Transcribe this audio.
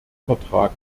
vertrag